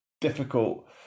difficult